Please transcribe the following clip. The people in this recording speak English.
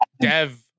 dev